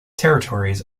territories